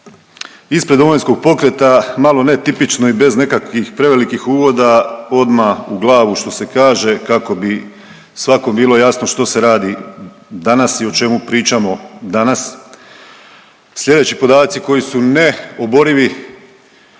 ispred Domovinskog pokreta malo netipično i bez nekakvih prevelikih uvoda odma u glavu što se kaže kako bi svakom bilo jasno što se radi danas i o čemu pričamo danas. Slijedeći podaci koji su neoborivi,